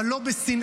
אבל לא בשנאה,